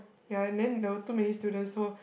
ya and then there were too many students so